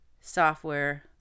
Software